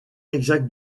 exacte